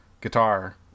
guitar